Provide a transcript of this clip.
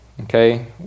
okay